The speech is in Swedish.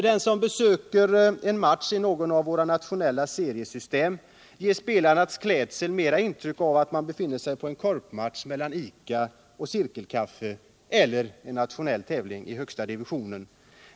Den som besöker en match i något av våra nationella seriesystem får av spelarnas klädsel intrycket att han snarare ser en korpmatch mellan t.ex. ICA och Cirkelkaffe än en nationell tävling i den högsta divisionen.